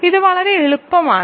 ഇത് വളരെ എളുപ്പമാണ്